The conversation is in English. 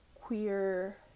queer